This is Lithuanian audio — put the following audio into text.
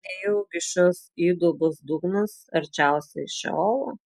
nejaugi šios įdubos dugnas arčiausiai šeolo